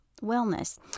wellness